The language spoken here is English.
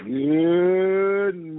good